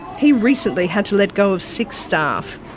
he recently had to let go of six staff.